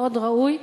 מאוד ראוי,